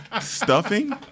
Stuffing